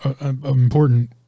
important